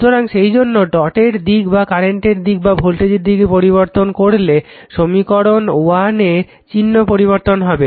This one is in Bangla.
সুতরাং সেইজন্য ডটের দিক বা কারেন্টের দিক বা ভোল্টেজের দিক পরিবর্তন করলে সমীকরণ 1 এ চিহ্ন পরিবর্তন হবে